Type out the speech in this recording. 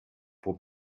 pour